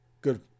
Good